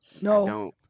No